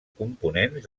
components